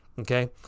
Okay